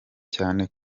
cyane